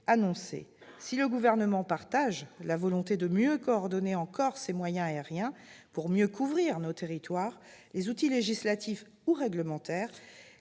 annoncée. Si le Gouvernement partage la volonté de mieux coordonner encore les moyens aériens pour mieux couvrir nos territoires, les outils législatifs ou réglementaires